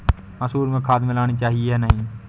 मसूर में खाद मिलनी चाहिए या नहीं?